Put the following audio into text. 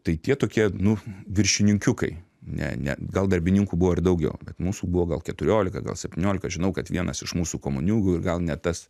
tai tie tokie nu viršininkiukai ne ne gal darbininkų buvo ir daugiau bet mūsų buvo gal keturiolika gal septyniolika žinau kad vienas iš mūsų komuniūgų gal net tas